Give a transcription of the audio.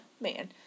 man